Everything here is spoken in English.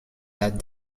that